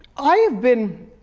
i have been,